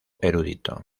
erudito